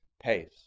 pace